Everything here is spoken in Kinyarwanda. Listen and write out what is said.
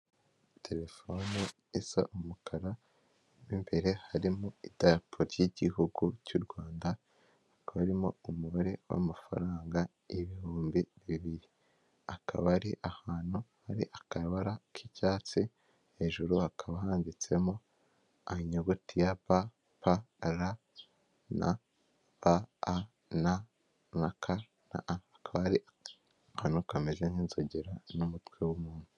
Telefoni isa umukara mu imbere harimo idarapo ry'igihugu cy'u Rwanda hakaba harimo umubare w'amafaranga ibihumbi bibiri, akaba ari ahantu hari akabara k'icyatsi hejuru hakaba handitsemo inyuguti yapa b p r na a ba na na ka, hakaba hari akantu kameze nk'inzogera n'umutwe w'umuntu.